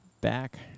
back